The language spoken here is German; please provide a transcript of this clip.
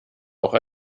auch